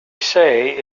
say